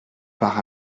par